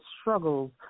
struggles